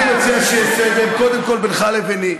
אני מציע שיהיה סדר קודם כול בינך לביני.